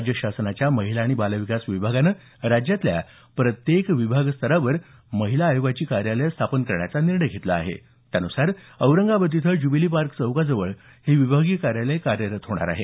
राज्य शासनाच्या महिला आणि बाल विकास विभागाने राज्यातल्या प्रत्येक विभाग स्तरावर राज्य महिला आयोगाची कार्यालयं स्थापन करण्याचा निर्णय घेतला आहे त्यानुसार औरंगाबाद इथं ज्युबली पार्क चौकाजवळ हे विभागीय कार्यालय कार्यरत होणार आहे